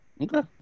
Okay